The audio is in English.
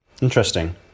Interesting